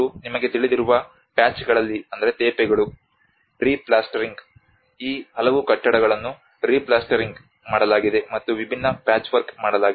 ಮತ್ತು ನಿಮಗೆ ತಿಳಿದಿರುವ ಪ್ಯಾಚ್ಗಳಲ್ಲಿತೇಪೆಗಳು ರಿ ಪ್ಲ್ಯಾಸ್ಟರಿಂಗ್ ಈ ಹಲವು ಕಟ್ಟಡಗಳುಗಳನ್ನು ರಿ ಪ್ಲ್ಯಾಸ್ಟರಿಂಗ್ ಮಾಡಲಾಗಿದೆ ಮತ್ತು ವಿಭಿನ್ನ ಪ್ಯಾಚ್ವರ್ಕ್ ಮಾಡಲಾಗಿದೆ